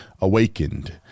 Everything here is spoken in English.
awakened